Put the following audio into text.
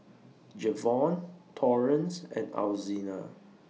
Jevon Torrence and Alzina